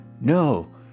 No